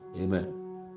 Amen